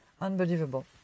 Unbelievable